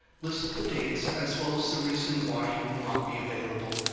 list the dates as well as the reason why you will not be available.